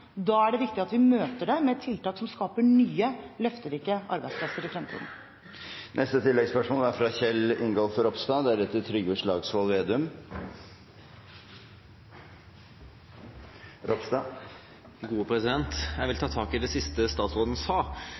Da er det viktig at vi møter det med tiltak som skaper nye, løfterike arbeidsplasser i fremtiden. Kjell Ingolf Ropstad – til oppfølgingsspørsmål. Jeg vil ta tak i det siste statsråden sa,